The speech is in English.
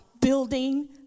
building